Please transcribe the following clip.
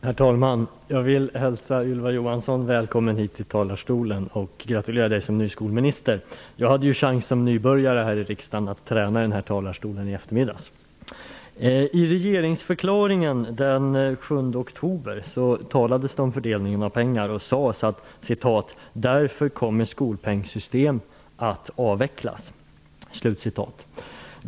Herr talman! Jag vill hälsa Ylva Johansson välkommen till talarstolen och gratulera henne som ny skolminister. Jag hade som nybörjare här i riksdagen chans att träna i denna talarstol i eftermiddags. I regeringsförklaringen den 7 oktober talades det om fördelningen av pengar, och det sades att skolpengssystemet kommer att avvecklas.